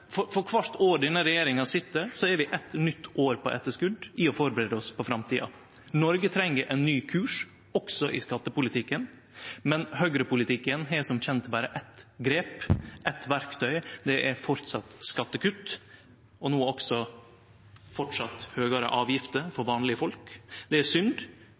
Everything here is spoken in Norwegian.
skatt? For kvart år denne regjeringa sit, er vi eit nytt år på etterskot i å forberede oss på framtida. Noreg treng ein ny kurs også i skattepolitikken, men høgrepolitikken har som kjent berre eitt grep, eitt verktøy. Det er stadig skattekutt, og no også stadig høgare avgifter for vanlege folk. Det er synd